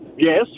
Yes